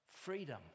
freedom